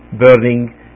burning